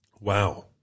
Wow